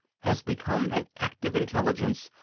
has become an active intelligence,